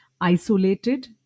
isolated